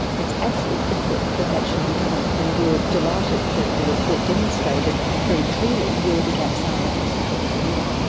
absolutely critical that that should be done, and we were delighted that the report demonstrated very clearly where the gaps ah are across the tropical world.